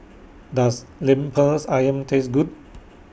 Does Lemper's Ayam Taste Good